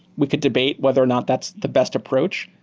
we could debate whether or not that's the best approach,